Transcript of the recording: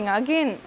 again